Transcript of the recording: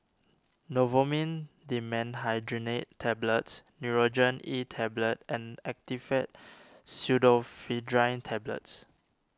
Novomin Dimenhydrinate Tablets Nurogen E Tablet and Actifed Pseudoephedrine Tablets